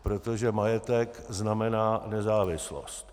Protože majetek znamená nezávislost.